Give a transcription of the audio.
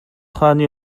хааны